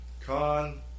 Con